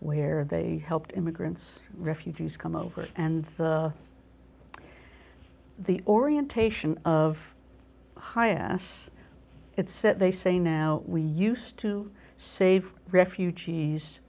where they helped immigrants refugees come over and the orientation of high ass it's that they say now we used to save refugees